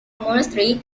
monastery